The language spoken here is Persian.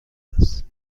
است